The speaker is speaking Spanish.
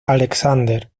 alexander